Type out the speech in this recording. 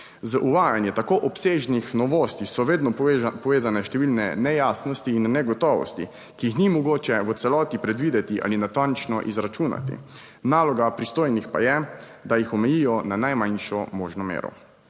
Z uvajanjem tako obsežnih novosti so vedno povezane številne nejasnosti in negotovosti, ki jih ni mogoče v celoti predvideti ali natančno izračunati. Naloga pristojnih pa je, da jih omejijo na najmanjšo možno mero.